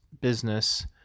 business